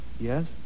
Yes